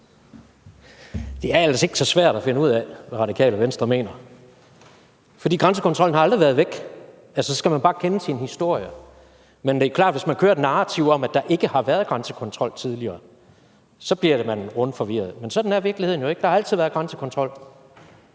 Det er ellers ikke så svært at finde ud af, hvad Radikale Venstre mener. For grænsekontrollen har aldrig været væk – så skal man bare kende sin historie – men det er klart, at hvis man kører et narrativ om, at der ikke har været grænsekontrol tidligere, så bliver man rundforvirret. Men sådan er virkeligheden jo ikke; der har altid været grænsekontrol.